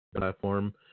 platform